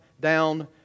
down